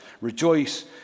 Rejoice